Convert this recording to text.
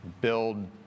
build